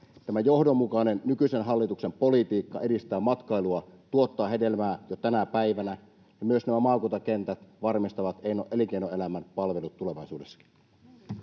Tämä johdonmukainen nykyisen hallituksen politiikka edistää matkailua, tuottaa hedelmää jo tänä päivänä, ja myös nämä maakuntakentät varmistavat myös elinkeinoelämän palvelut tulevaisuudessa.